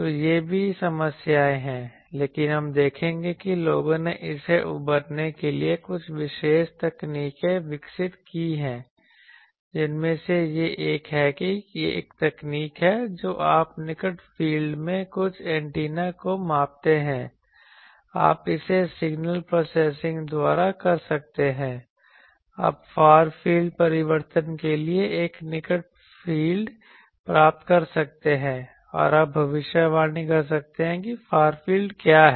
तो ये सभी समस्याएँ हैं लेकिन हम देखेंगे कि लोगों ने इससे उबरने के लिए कुछ विशेष तकनीकें विकसित की हैं जिनमें से एक यह है कि एक तकनीक है जो आप निकट फील्ड में कुछ एंटीना को मापते हैं आप इसे सिग्नल प्रोसेसिंग द्वारा कर सकते हैं आप फार फील्ड परिवर्तन के लिए एक निकट फील्ड प्राप्त कर सकते हैं और आप भविष्यवाणी कर सकते हैं कि फार फील्ड क्या है